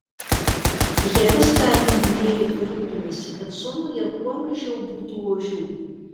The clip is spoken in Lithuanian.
jie viską atiminėja ir rūpinasi kad zonoje kuo mažiau būtų ožių